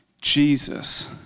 Jesus